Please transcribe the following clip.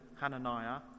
Hananiah